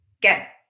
get